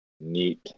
neat